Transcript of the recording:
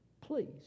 please